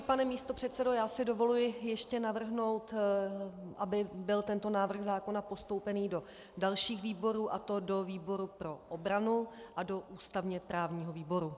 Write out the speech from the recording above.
Pane místopředsedo, já si dovoluji ještě navrhnout, aby byl tento návrh zákona postoupen do dalších výborů, a to do výboru pro obranu a do ústavněprávního výboru.